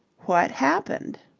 what happened?